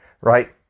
right